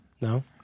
No